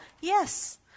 Yes